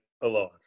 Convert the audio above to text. alive